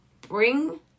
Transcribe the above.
Bring